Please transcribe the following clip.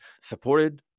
supported